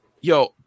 yo